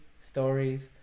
stories